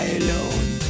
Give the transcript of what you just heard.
alone